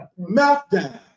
meltdown